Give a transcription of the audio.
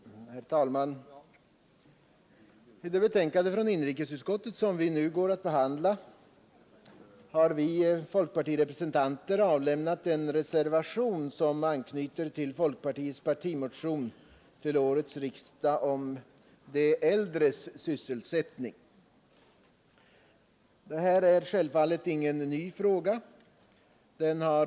Herr talman! Till det betänkande från inrikesutskottet som vi nu går att behandla har vi folkpartirepresentanter fogat en reservation, som knyter an till folkpartiets partimotion till årets riksdag om de äldres sysselsättning. Det är självfallet ingen ny fråga.